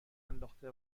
انداخته